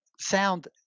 sound